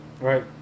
Right